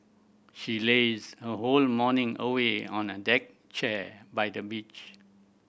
she lazed her whole morning away on a deck chair by the beach